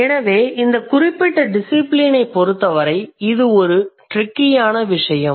எனவே இந்த குறிப்பிட்ட டிசிபிலினைப் பொறுத்தவரை இது ஒரு ட்ரிக்கியான விசயம்